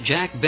Jack